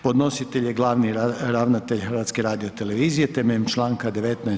Podnositelj je glavni ravnatelj HRT-a temeljem Članka 18.